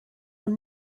ond